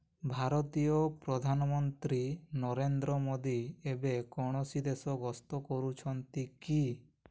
ଭାରତୀୟ ପ୍ରଧାନମନ୍ତ୍ରୀ ନରେନ୍ଦ୍ର ମୋଦି ଏବେ କୌଣସି ଦେଶ ଗସ୍ତ କରୁଛନ୍ତି କି